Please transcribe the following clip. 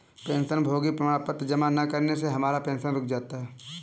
पेंशनभोगी प्रमाण पत्र जमा न करने से हमारा पेंशन रुक जाता है